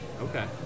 Okay